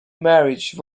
marriage